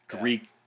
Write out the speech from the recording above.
Greek